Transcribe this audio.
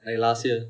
like last year